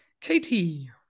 Katie